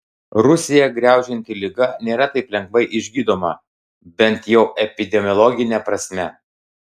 rusiją graužianti liga nėra taip lengvai išgydoma bent jau epidemiologine prasme